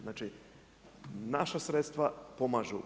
Znači naša sredstva pomažu.